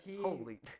holy